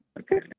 Okay